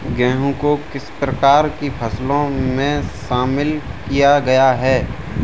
गेहूँ को किस प्रकार की फसलों में शामिल किया गया है?